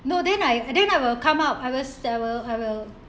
no then I then I will come up I was I will I will